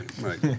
Right